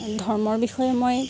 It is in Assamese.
ধৰ্মৰ বিষয়ে মই